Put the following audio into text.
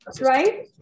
Right